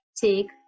take